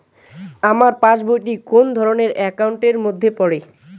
আমার পাশ বই টি কোন ধরণের একাউন্ট এর মধ্যে পড়ে?